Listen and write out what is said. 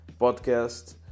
podcast